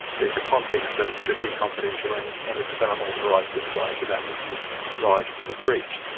there is a context that it should be confidential, and and if it's an unauthorised disclosure that would give rise to the breach.